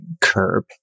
curb